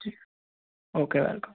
ठीक है okay welcome